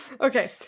Okay